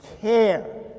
care